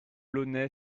launay